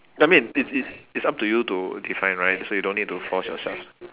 I mean it it it's up to you to define right so you don't need to force yourself